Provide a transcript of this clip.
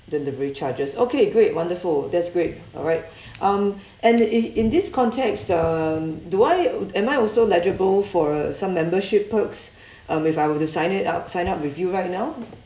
delivery charges okay great wonderful that's great alright um and i~ in this context uh do I am I also legible for uh some membership perks um if I were to sign it up sign up with you right now